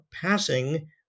passing